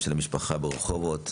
ושוב הבוקר בנושא פרק י"ט (בריאות),